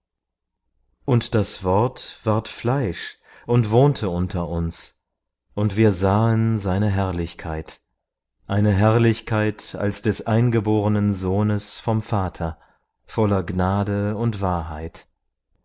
und das wort ward fleisch und wohnte unter uns und wir sahen seine herrlichkeit eine herrlichkeit als des eingeborenen sohnes vom vater voller gnade und wahrheit